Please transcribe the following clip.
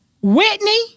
Whitney